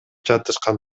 жатышкан